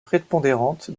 prépondérante